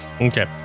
Okay